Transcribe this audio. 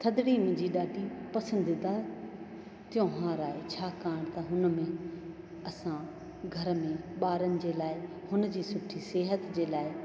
थधिड़ी मुंहिंजी ॾाढी पसंदीदा तहिवारु आहे छाकाणि त हुन में असां घर में ॿारनि जे लाइ हुन जी सुठी सिहत जे लाइ